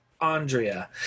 Andrea